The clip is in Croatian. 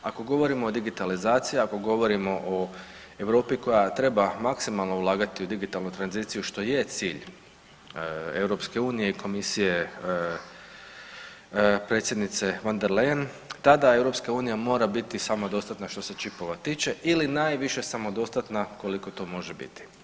Ako govorimo o digitalizaciji, ako govorimo o Europi koja treba maksimalno ulagati u digitalnu tranziciju što i je cilj EU i komisije predsjednice van der Leyen tada EU mora biti samodostatna što se čipova tiče ili najviše samodostatna koliko to može biti.